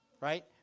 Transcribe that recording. Right